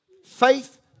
Faith